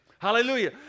Hallelujah